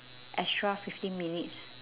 extra fifteen minutes